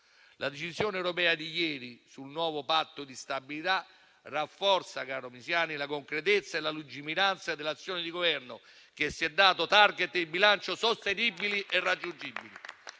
La decisione europea di ieri sul nuovo Patto di stabilità rafforza, caro senatore Misiani, la concretezza e la lungimiranza dell'azione di Governo che si è dato *target* di bilancio sostenibili e raggiungibili.